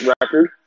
record